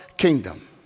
kingdom